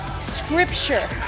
Scripture